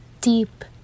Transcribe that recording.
deep